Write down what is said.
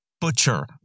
Butcher